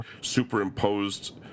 superimposed